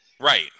Right